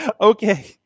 Okay